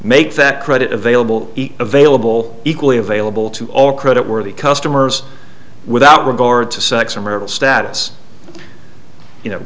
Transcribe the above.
make that credit available available equally available to all credit worthy customers without regard to sex or marital status you know